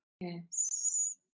Yes